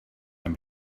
can